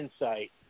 insight